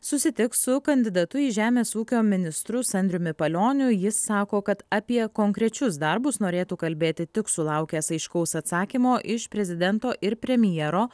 susitiks su kandidatu į žemės ūkio ministrus andriumi palioniu jis sako kad apie konkrečius darbus norėtų kalbėti tik sulaukęs aiškaus atsakymo iš prezidento ir premjero